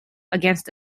against